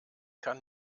kann